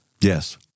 Yes